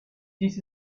dies